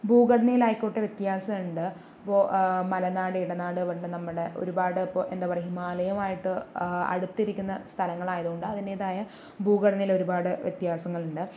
ഭൂഘടനയിൽ ആയിക്കോട്ടെ വ്യത്യാസമുണ്ട് ഇപ്പോൾ മലനാട് ഇടനാട് പണ്ട് നമ്മുടെ ഒരുപാട് ഇപ്പോൾ എന്താ പറയുക ഹിമാലയവുമായിട്ട് അടുത്തിരിക്കുന്ന സ്ഥലങ്ങളായതുകൊണ്ട് അതിൻ്റേതായ ഭൂഘടനയിൽ ഒരുപാട് വ്യത്യാസങ്ങളുണ്ട്